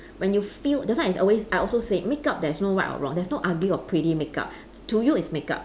when you feel that's why it's always I also say makeup there's no right or wrong there's no ugly or pretty makeup to you it's makeup